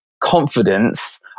confidence